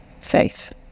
faith